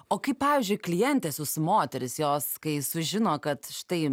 o kaip pavyzdžiui klientės jūsų moterys jos kai sužino kad štai